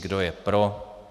Kdo je pro?